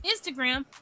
Instagram